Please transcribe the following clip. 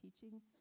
teaching